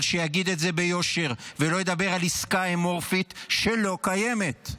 אבל שיגיד את זה ביושר ולא ידבר על עסקה אמורפית שלא קיימת.